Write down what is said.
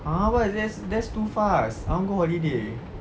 !huh! what is that that's too fast I want to go holiday